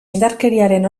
indarkeriaren